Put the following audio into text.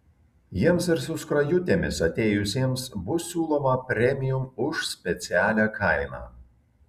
jiems ir su skrajutėmis atėjusiems bus siūloma premium už specialią kainą